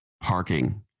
parking